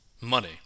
money